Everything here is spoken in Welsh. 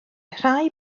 rhai